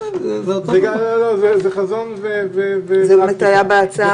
זה חזון ופרקטיקה.